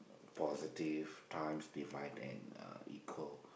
positive times divide and uh equal